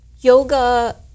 yoga